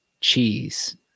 cheese